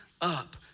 up